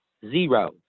Zero